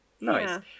Nice